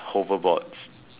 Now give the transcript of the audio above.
hover boards